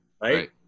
Right